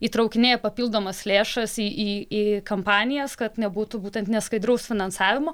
įtraukinėja papildomas lėšas į į į kampanijas kad nebūtų būtent neskaidraus finansavimo